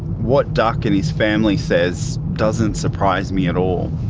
what duck and his family says doesn't surprise me at all.